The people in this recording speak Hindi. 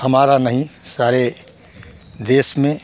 हमारा नहीं सारे देश में